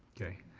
okay.